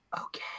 Okay